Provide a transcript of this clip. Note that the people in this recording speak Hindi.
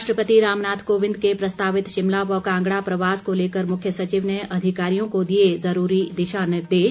राष्ट्रपति रामनाथ कोविंद के प्रस्तावित शिमला व कांगड़ा प्रवास को लेकर मुख्य सचिव ने अधिकारियों को दिए जरूरी दिशा निर्देश